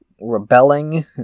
rebelling